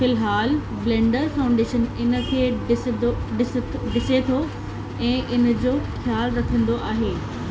फ़िलहाल blender foundation इन खे ॾिसंदो ॾिसत ॾिसे थो ऐं इन जो ख़्यालु रखंदो आहे